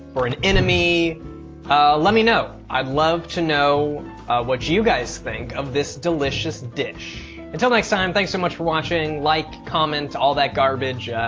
for an enemy let me know. i'd love to know what you guys think of this delicious dish. until next time, thanks so much for watching. like, comment, all that garbage.